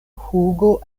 hugo